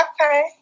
Okay